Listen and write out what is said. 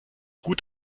gut